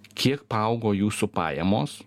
kiek paaugo jūsų pajamos